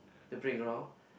the playground